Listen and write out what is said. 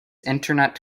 internet